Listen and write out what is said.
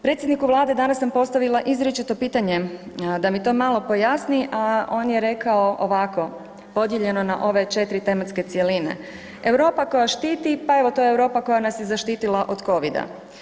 Predsjedniku vlade danas sam postavila izričito pitanje da mi to malo pojasni, a on je rekao ovako podijeljeno na ove 4 tematske cjeline, „Europa koja štiti, pa evo to je Europa koja nas je zaštitila od covida.